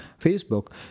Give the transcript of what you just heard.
Facebook